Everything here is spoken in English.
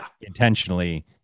intentionally